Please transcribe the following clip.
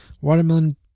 watermelon